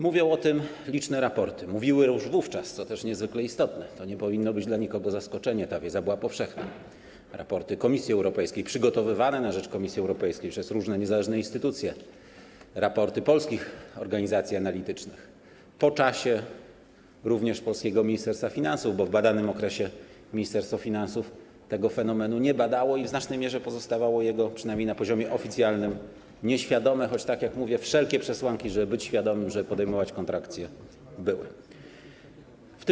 Mówią o tym liczne raporty - mówiły już wówczas, co jest niezwykle istotne, co nie powinno być dla nikogo zaskoczeniem, ta wiedza była powszechna - raporty Komisji Europejskiej, przygotowywane na rzecz Komisji Europejskiej przez różne niezależne instytucje, raporty polskich organizacji analitycznych, po czasie również polskiego Ministerstwa Finansów, bo w badanym okresie Ministerstwo Finansów tego fenomenu nie badało i w znacznej mierze było jego nieświadome, przynajmniej na poziomie oficjalnym, choć tak jak mówię, wszelkie przesłanki, żeby być świadomym, żeby podejmować kontrakcje, były.